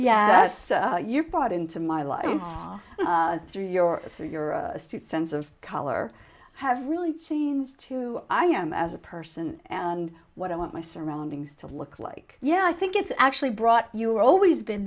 earth you're brought into my life through your through your street sense of color have really changed to i am as a person and what i want my surroundings to look like yeah i think it's actually brought you always been